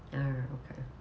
ah okay